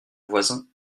voisin